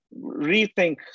rethink